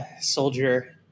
soldier